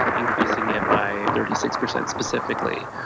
increasing it by thirty six percent specifically.